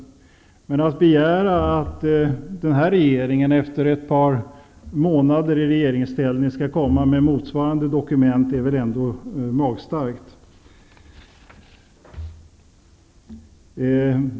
Men att begära att den här regeringen efter ett par månader i regeringsställning skall komma med motsvarande dokument är väl ändå magstarkt.